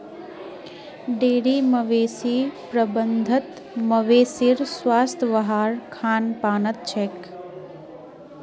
dairy मवेशी प्रबंधत मवेशीर स्वास्थ वहार खान पानत छेक